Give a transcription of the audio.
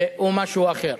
או משהו אחר.